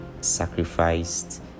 sacrificed